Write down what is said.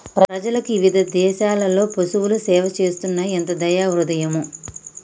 ప్రజలకు ఇవిధ దేసాలలో పసువులు సేవ చేస్తున్నాయి ఎంత దయా హృదయమో